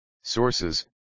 Sources